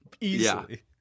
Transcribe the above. easily